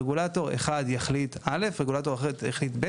רגולטור אחד יחליט א', רגולטור אחר יחליט ב'.